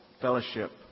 fellowship